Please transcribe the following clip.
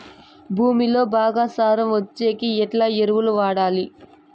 భూమిలో బాగా సారం వచ్చేకి ఎట్లా ఎరువులు వాడాలి?